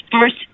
first